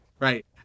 Right